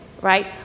right